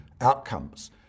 outcomes